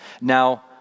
Now